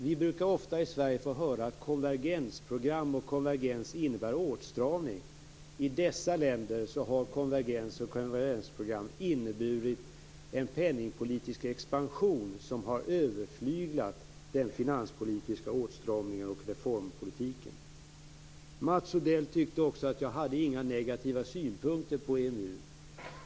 Vi brukar i Sverige ofta få höra att konvergens och konvergensprogram innebär åtstramning. I dessa länder har konvergens och konvergensprogram inneburit en penningpolitisk expansion som har överflyglat den finanspolitiska åtstramningen och reformpolitiken. Mats Odell tyckte också att jag inte hade några negativa synpunkter på EMU.